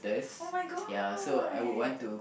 oh-my-god